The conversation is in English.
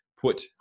put